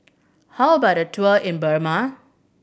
how about a tour in Burma